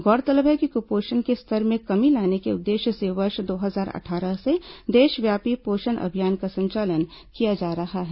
गौरतलब है कि कुपोषण के स्तर में कमी लाने के उद्देश्य से वर्ष दो हजार अट्ठारह से देशव्यापी पोषण अभियान का संचालन किया जा रहा है